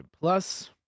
Plus